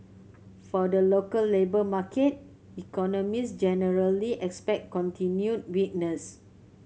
for the local labour market economists generally expect continued weakness